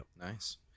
Nice